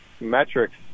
metrics